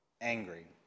angry